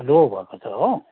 लो भएको छ हो